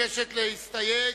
מבקשים להסתייג?